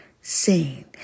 seen